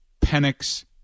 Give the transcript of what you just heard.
Penix